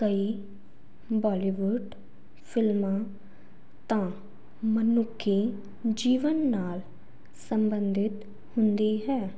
ਕਈ ਬਾਲੀਵੁੱਡ ਫਿਲਮਾਂ ਤਾਂ ਮਨੁੱਖੀ ਜੀਵਨ ਨਾਲ ਸੰਬੰਧਿਤ ਹੁੰਦੀ ਹੈ